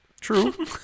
True